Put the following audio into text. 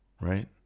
right